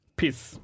peace